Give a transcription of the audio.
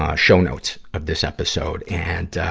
ah show notes of this episode. and, ah,